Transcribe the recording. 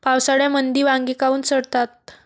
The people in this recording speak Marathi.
पावसाळ्यामंदी वांगे काऊन सडतात?